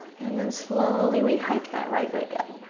and then slowly we hike that right leg up.